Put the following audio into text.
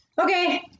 Okay